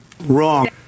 Wrong